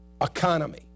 economy